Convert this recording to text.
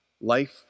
Life